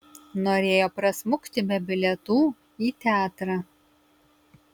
norėjo prasmukti be bilietų į teatrą